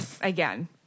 again